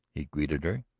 he greeted her.